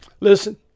Listen